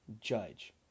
judge